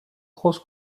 cross